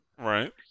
Right